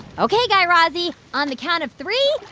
ok, guy razzie, on the count of three,